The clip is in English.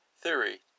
theory